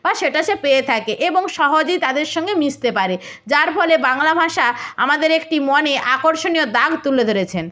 বা সেটা সে পেয়ে থাকে এবং সহজেই তাদের সঙ্গে মিশতে পারে যার ফলে বাংলা ভাষা আমাদের একটি মনে আকর্ষণীয় দাগ তুলে ধরেছেন